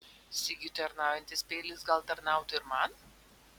sigiui tarnaujantis peilis gal tarnautų ir man